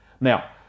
Now